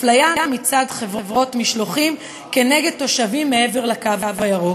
"אפליה מצד חברות משלוחים נגד תושבים מעבר לקו הירוק",